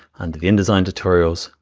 under the indesign tutorials,